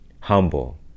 humble